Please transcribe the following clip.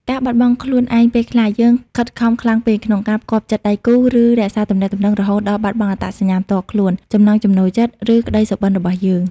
ការបាត់បង់ខ្លួនឯងពេលខ្លះ យើងខិតខំខ្លាំងពេកក្នុងការផ្គាប់ចិត្តដៃគូ ឬរក្សាទំនាក់ទំនង រហូតដល់បាត់បង់អត្តសញ្ញាណផ្ទាល់ខ្លួន ចំណង់ចំណូលចិត្ត ឬក្តីសុបិន្តរបស់យើង។